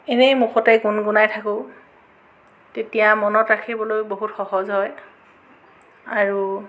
এনেই মুখতে গুণগুণাই থাকো তেতিয়া মনত ৰাখিবলৈ বহুত সহজ হয় আৰু